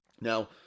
Now